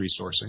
resourcing